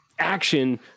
action